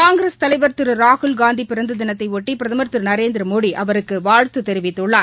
காங்கிரஸ் தலைவர் திரு ராகுல்காந்தி பிறந்த தினத்தையொட்டி பிரதமர் திரு நரேந்திரமோடி அவருக்கு வாழ்த்து தெரிவித்துள்ளார்